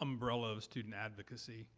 umbrella of student advocacy.